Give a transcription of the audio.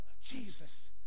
Jesus